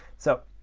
so